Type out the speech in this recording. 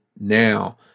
now